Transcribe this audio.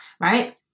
right